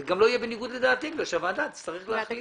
זה גם לא יהיה בניגוד לדעתי כי הוועדה צריכה לאשר.